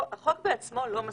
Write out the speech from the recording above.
החוק בעצמו לא מסמיך.